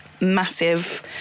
massive